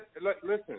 Listen